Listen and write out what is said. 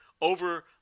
over